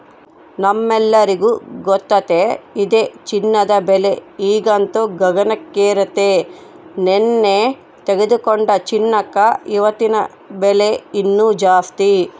ನಮ್ಮೆಲ್ಲರಿಗೂ ಗೊತ್ತತೆ ಇದೆ ಚಿನ್ನದ ಬೆಲೆ ಈಗಂತೂ ಗಗನಕ್ಕೇರೆತೆ, ನೆನ್ನೆ ತೆಗೆದುಕೊಂಡ ಚಿನ್ನಕ ಇವತ್ತಿನ ಬೆಲೆ ಇನ್ನು ಜಾಸ್ತಿ